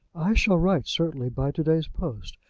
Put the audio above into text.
i shall write, certainly by to-day's post.